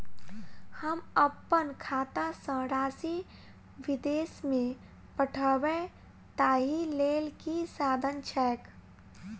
हम अप्पन खाता सँ राशि विदेश मे पठवै ताहि लेल की साधन छैक?